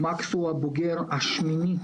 מקס הוא הבוגר השמיני,